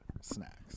Snacks